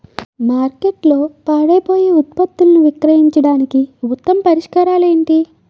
మార్కెట్లో పాడైపోయే ఉత్పత్తులను విక్రయించడానికి ఉత్తమ పరిష్కారాలు ఏంటి?